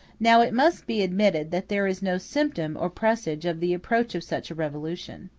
now, it must be admitted that there is no symptom or presage of the approach of such a revolution.